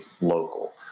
local